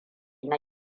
na